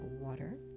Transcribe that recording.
water